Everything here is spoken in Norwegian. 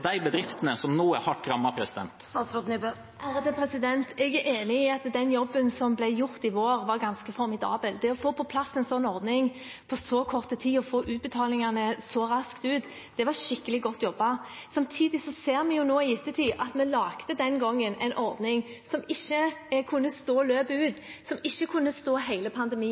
de bedriftene som nå er hardt rammet? Jeg er enig i at den jobben som ble gjort i vår, var ganske formidabel. Det å få på plass en slik ordning på så kort tid og få ut utbetalingene så raskt var skikkelig godt jobbet. Samtidig ser vi nå i ettertid at vi den gangen laget en ordning som ikke kunne stå løpet ut, som ikke kunne stå hele pandemien